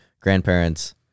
grandparents